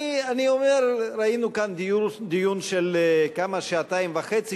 אני אומר שראינו כאן דיון של שעתיים וחצי